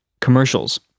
commercials